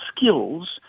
skills